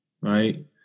right